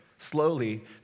Slowly